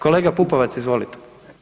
Kolega Pupovac, izvolite.